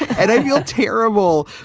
and i feel terrible.